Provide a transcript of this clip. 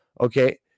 okay